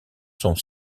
sont